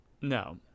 No